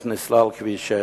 איך עד היום נסלל כביש 6,